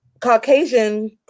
Caucasian